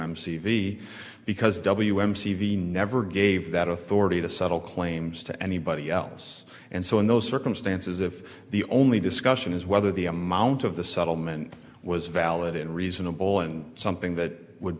c because w m c ve never gave that authority to settle claims to anybody else and so in those circumstances if the only discussion is whether the amount of the settlement was valid and reasonable and something that would